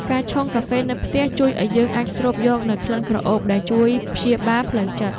ការឆុងកាហ្វេនៅផ្ទះជួយឱ្យយើងអាចស្រូបយកនូវក្លិនក្រអូបដែលជួយព្យាបាលផ្លូវចិត្ត។